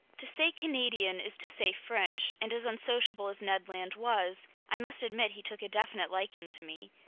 to say canadian is to say french, and as unsociable as ned land was, i must admit he took a definite liking to me.